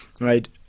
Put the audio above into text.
right